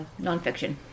nonfiction